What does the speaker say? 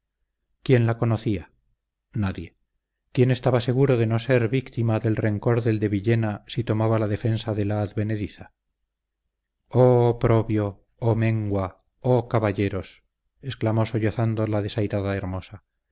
quién la conocía nadie quién estaba seguro de no ser víctima del rencor del de villena si tomaba la defensa de la advenediza oh oprobio oh mengua oh caballeros exclamó sollozando la desairada hermosa